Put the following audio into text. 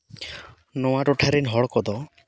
ᱱᱚᱣᱟ ᱴᱚᱴᱷᱟ ᱨᱮᱱ ᱦᱚᱲ ᱠᱚᱫᱚ